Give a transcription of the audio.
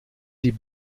die